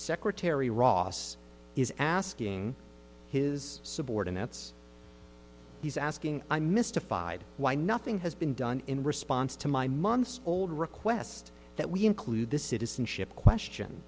secretary ross is asking his subordinates he's asking i'm mystified why nothing has been done in response to my months old request that we include the citizenship question